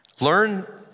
Learn